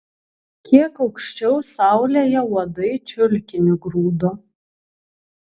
kiek aukščiau saulėje uodai čiulkinį grūdo